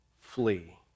flee